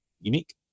unique